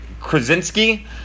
Krasinski